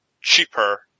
cheaper